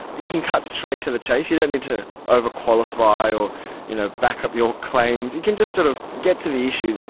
you can cut straight to the chase, you don't need to over-qualify or you know back up your claims, you can just sort of get to the issue,